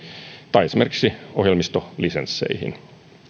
tai esimerkiksi ohjelmistolisensseihin